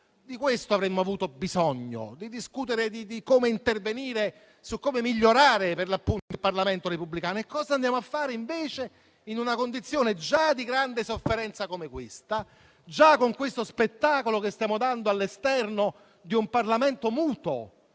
Di questo avremmo avuto bisogno: discutere di come intervenire e come migliorare, per l'appunto, il Parlamento repubblicano. Cosa andiamo a fare invece? In una condizione già di grande sofferenza come questa, con questo spettacolo che stiamo dando all'esterno di un Parlamento muto